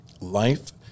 life